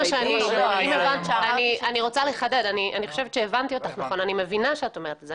אני מבינה שאת אומרת שאת זה.